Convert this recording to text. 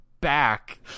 back